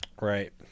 right